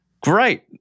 Great